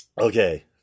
Okay